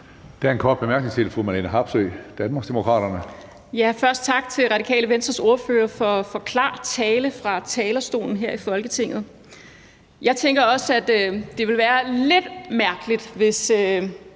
Der er en kort bemærkning til fru Marlene Harpsøe, Danmarksdemokraterne. Kl. 10:59 Marlene Harpsøe (DD): Først tak til Radikale Venstres ordfører for klar tale fra talerstolen her i Folketingssalen. Jeg tænker også, at det ville være lidt mærkeligt, hvis